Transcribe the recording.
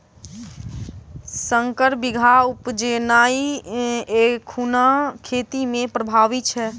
सँकर बीया उपजेनाइ एखुनका खेती मे प्रभावी छै